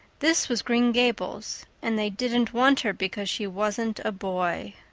this was green gables and they didn't want her because she wasn't a boy!